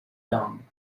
down